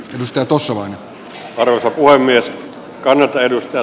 kivistö kosovoon on osa puhemies kalliita edustaa